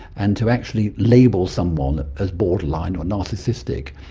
and to actually label someone as borderline or narcissistic,